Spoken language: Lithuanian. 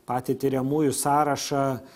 patį tiriamųjų sąrašą